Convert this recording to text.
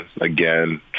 again